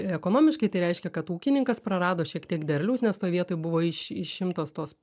ekonomiškai tai reiškia kad ūkininkas prarado šiek tiek derliaus nes toj vietoj buvo išimtos tos